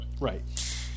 Right